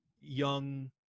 young